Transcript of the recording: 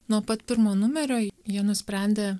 nuo pat pirmo numerio jie nusprendė